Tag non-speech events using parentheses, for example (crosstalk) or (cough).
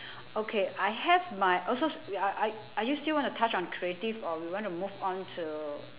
(breath) okay I have my also wait are are are you still going to touch on creative or you want to move on to